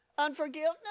unforgiveness